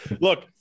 look